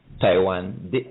Taiwan